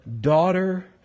daughter